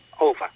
over